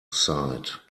side